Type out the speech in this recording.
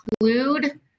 include